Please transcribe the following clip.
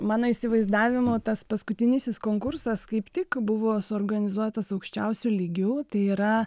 mano įsivaizdavimu tas paskutinysis konkursas kaip tik buvo suorganizuotas aukščiausiu lygiu tai yra